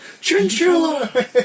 Chinchilla